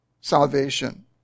salvation